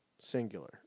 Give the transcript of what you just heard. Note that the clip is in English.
Singular